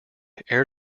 air